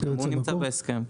גם הוא נמצא בהסכם.